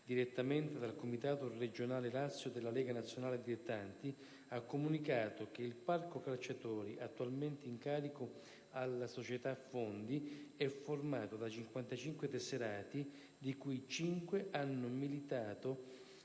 direttamente dal comitato regionale Lazio della Lega nazionale dilettanti, ha comunicato che il parco calciatori attualmente in carico alla società Fondi è formato da 55 tesserati, di cui cinque hanno militato